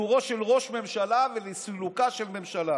לפיטורו של ראש ממשלה ולסילוקה של ממשלה";